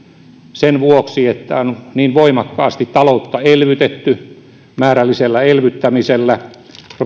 sen vuoksi että on niin voimakkaasti taloutta elvytetty määrällisellä elvyttämisellä